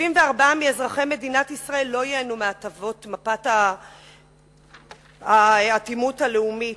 74% מאזרחי מדינת ישראל לא ייהנו מהטבות מפת האטימות הלאומית.